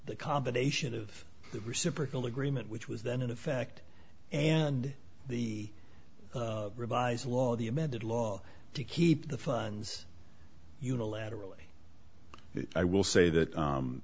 the combination of the reciprocal agreement which was then in effect and the revised law the amended law to keep the funds unilaterally i will say that